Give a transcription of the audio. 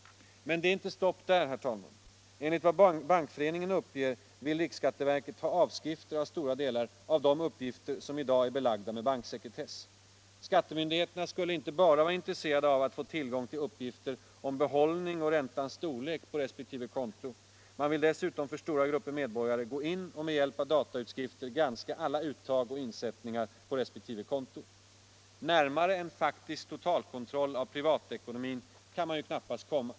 Men det är inte stopp där. Enligt vad Bankföreningen uppger vill riksskatteverket ha avskrifter av stora delar av de uppgifter som i dag är belagda med banksekretess. Skattemyndigheterna skulle inte bara vara intresserade av att få tillgång till uppgifter om behållning och räntans storlek på resp. konto, man vill dessutom för stora grupper medborgare gå in och med hjälp av datautskrifter granska alla uttag och insättningar på resp. konto. Närmare en faktisk totalkontroll av privatekonomin kan man knappast komma.